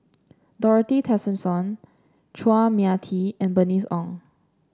Dorothy Tessensohn Chua Mia Tee and Bernice Ong